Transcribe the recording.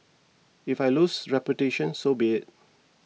if I lose reputation so be it